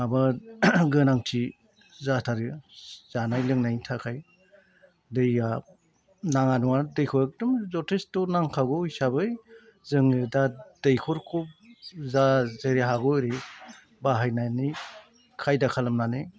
माबा गोनांथि जाथारो जानाय लोंनायनि थाखाय दैआ नाङा नङा दैखौ एखदम जथेसथ' नांखागौ हिसाबै जों दा दैखरखौ जा जेरै हागौ एरै बाहायनानै खायदा खालामनानै